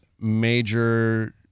major